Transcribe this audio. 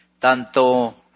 tanto